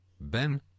ben